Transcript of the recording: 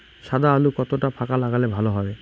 সাদা আলু কতটা ফাকা লাগলে ভালো হবে?